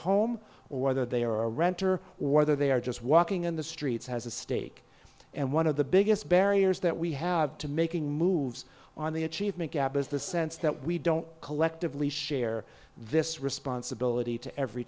home or whether they are a renter or they are just walking in the streets has a stake and one of the biggest barriers that we have to making moves on the achievement gap is the sense that we don't collectively share this responsibility to every